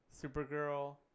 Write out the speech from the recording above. Supergirl